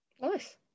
nice